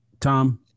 Tom